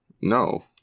No